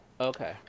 Okay